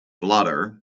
blotter